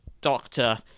doctor